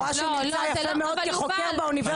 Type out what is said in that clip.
נראה שהוא נמצא יפה מאוד כחוקר באוניברסיטה.